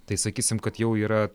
tai sakysim kad jau yra